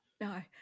No